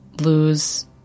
lose